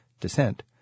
descent